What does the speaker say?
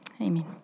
Amen